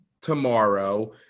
tomorrow